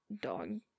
dog